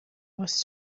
was